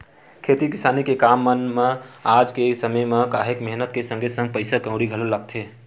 खेती किसानी के काम मन म आज के समे म काहेक मेहनत के संगे संग पइसा कउड़ी घलो लगथे